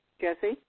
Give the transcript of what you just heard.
Jesse